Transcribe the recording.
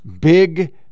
big